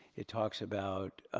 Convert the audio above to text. it talks about